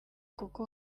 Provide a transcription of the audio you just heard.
kuko